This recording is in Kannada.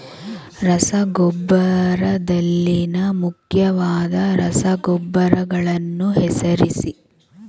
ರಸಗೊಬ್ಬರದಲ್ಲಿನ ಮುಖ್ಯವಾದ ರಸಗೊಬ್ಬರಗಳನ್ನು ಹೆಸರಿಸಿ?